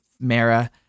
mara